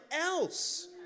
else